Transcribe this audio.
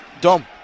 Dom